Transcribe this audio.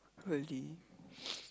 really